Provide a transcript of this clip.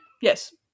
Yes